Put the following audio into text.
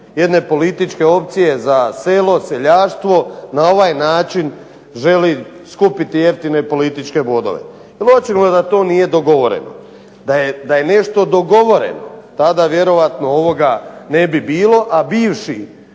jedne političke opcije za selo, seljaštvo na ovaj način želi skupiti jeftine političke bodove, jer očigledno da to nije dogovoreno. Da je nešto dogovoreno, pa da vjerojatno ovoga ne bi bilo, a bivši